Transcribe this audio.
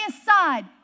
aside